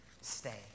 Stay